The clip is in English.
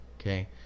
Okay